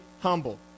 humble